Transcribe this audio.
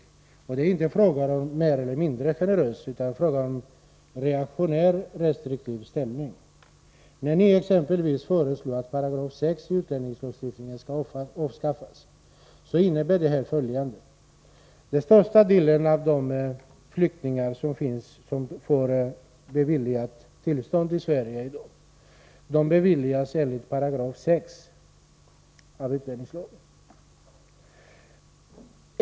Där är det inte fråga om en mer eller mindre generös inställning utan om en reaktionär, restriktiv hållning. När ni exempelvis föreslår att 6 § utlänningslagen skall avskaffas innebär det följande: De flesta av de flyktingar som får tillstånd att komma till Sverige i dag beviljas detta enligt 6 § utlänningslagen.